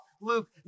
Luke